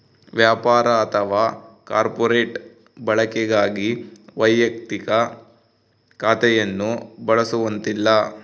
ವ್ಯಾಪಾರ ಅಥವಾ ಕಾರ್ಪೊರೇಟ್ ಬಳಕೆಗಾಗಿ ವೈಯಕ್ತಿಕ ಖಾತೆಯನ್ನು ಬಳಸುವಂತಿಲ್ಲ